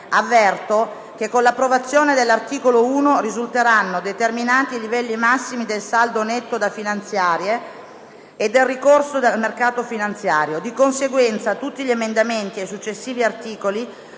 avverto che con l'approvazione dell'articolo 1 risulteranno determinati i livelli massimi del saldo netto da finanziare e del ricorso al mercato finanziario. Di conseguenza, tutti gli emendamenti ai successivi articoli